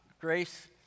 Grace